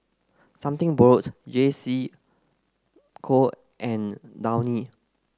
something borrowed J C Co and Downy